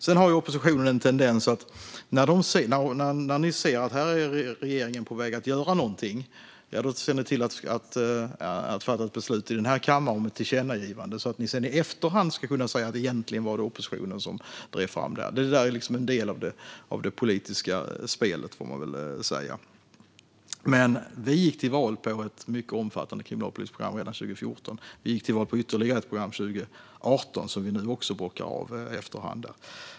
Sedan har ju oppositionen en tendens att se till att fatta ett beslut i kammaren om ett tillkännagivande så fort den ser att regeringen är på väg att göra någonting, för att i efterhand kunna säga att det egentligen var oppositionen som drev fram detta. Det är liksom en del av det politiska spelet, får man väl säga. Vi gick dock till val på ett mycket omfattande kriminalpolitiskt program redan 2014, och vi gick till val på ytterligare ett program 2018 som vi nu också bockar av efter hand.